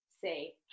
say